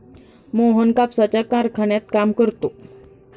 मोहन कापसाच्या कारखान्यात काम करतो